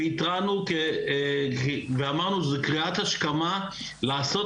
והתרענו ואמרנו שזו קריאת השכמה לעשות